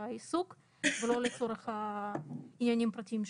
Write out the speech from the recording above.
העיסוק ולא לצורך עניינים פרטיים שלו?